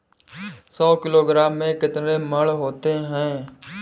सौ किलोग्राम में कितने मण होते हैं?